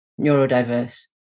neurodiverse